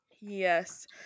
Yes